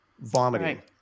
vomiting